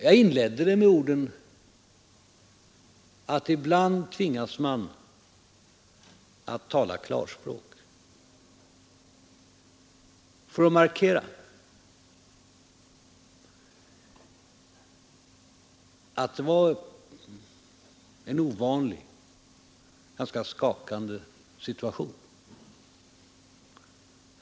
Jag inledde det med orden att ibland tvingas man att tala klarspråk — för att markera att det var en ovanlig, skakande situation.